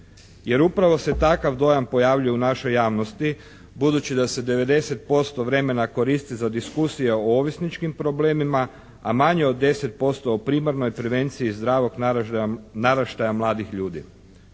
Jer upravo se takav dojam pojavljuje u našoj javnosti, budući da se 90% vremena koristi za diskusije o ovisničkim problemima, a manje od 10% o primarnoj prevenciji zdravog naraštaja mladih ljudi.